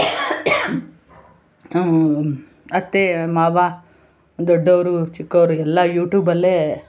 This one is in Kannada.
ಅತ್ತೆ ಮಾವ ದೊಡ್ಡವರು ಚಿಕ್ಕವರು ಎಲ್ಲ ಯೂಟ್ಯೂಬಲ್ಲೇ